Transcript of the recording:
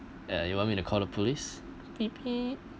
ya you want me to call the police